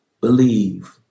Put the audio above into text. believe